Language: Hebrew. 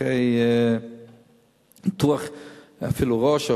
אפילו אחרי ניתוח ראש,